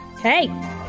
Hey